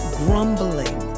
grumbling